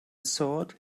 thought